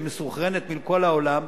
שמסונכרנת עם כל העולם.